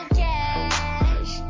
cash